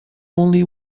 only